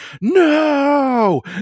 no